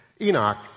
Enoch